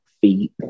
feet